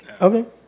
Okay